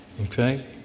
okay